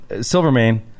Silvermane